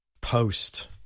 Post